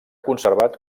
conservat